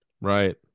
Right